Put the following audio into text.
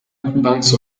banks